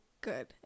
good